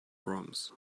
proms